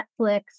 Netflix